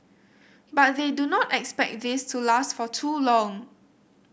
but they do not expect this to last for too long